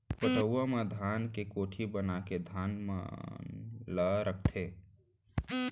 पटउहां म धान के कोठी बनाके धान मन ल रखथें